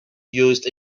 used